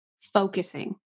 focusing